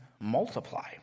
multiply